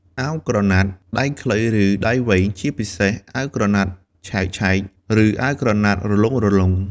អាវក្រណាត់ដៃខ្លី ឬដៃវែង ជាពិសេសអាវក្រណាត់ឆែកៗ ឬអាវក្រណាត់រលុងៗ។